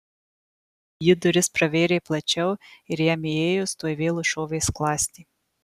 ji duris pravėrė plačiau ir jam įėjus tuoj vėl užšovė skląstį